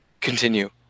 continue